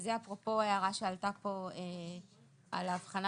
זה אפרופו הערה שעלתה פה על ההבחנה